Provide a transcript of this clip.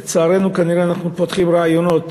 כנראה, לצערנו, אנחנו פותחים רעיונות